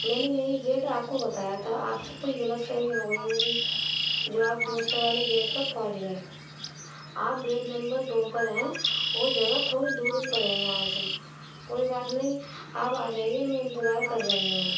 میں نے یہی گیٹ آپ کو بتایا تھا آپ سے کوئی غلط فہمی ہو گئی ہوگی جو آپ دوسرے والے گیٹ پر پہنچ گئے آپ گیٹ نمبر دو پر ہیں وہ جگہ تھوڑی دوری پر ہے یہاں سے کوئی بات نہیں آپ آ جائیے میں انتظار کر رہی ہوں